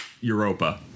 Europa